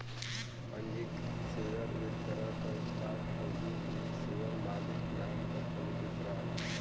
पंजीकृत शेयर एक तरह क स्टॉक हउवे इ शेयर मालिक नाम पर पंजीकृत रहला